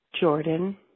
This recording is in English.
Jordan